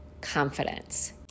confidence